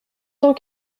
cent